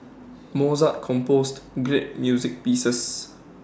Mozart composed great music pieces